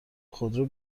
خودرو